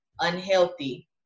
unhealthy